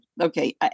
Okay